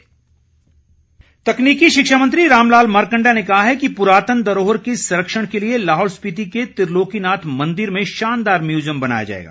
मारकण्डा तकनीकी शिक्षा मंत्री रामलाल मारकण्डा ने कहा है कि पुरातन धरोहर के संरक्षण के लिए लाहौल स्पीति के त्रिलोकीनाथ मंदिर में शानदार म्यूज़ियम बनाया जाएगा